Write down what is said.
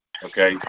Okay